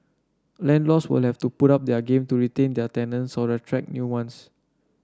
landlords will have to up their game to retain their tenants or attract new ones